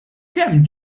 kemm